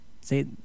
see